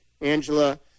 Angela